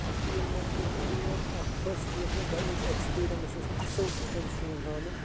پَتہٕ ییٚلہِ مےٚ کٔر کٲم اَکھ فٔسٹ یۄس مےٚ گۄڈنِچ ایکسپیٖریَنس اوس اصل پٲٹھۍ سیُن رَنُن